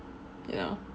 yeah